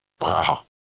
Wow